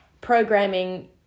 programming